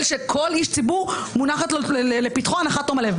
שכל איש ציבור מונחת לפתחו הנחת תום לב.